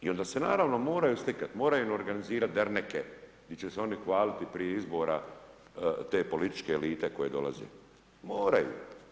I onda se naravno moraju slikat, moraju organizirat derneke gdje će se oni hvaliti prije izbora te političke elite koje dolaze, moraju.